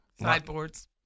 sideboards